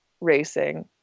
racing